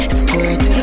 squirt